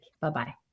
Bye-bye